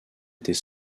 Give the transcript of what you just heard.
était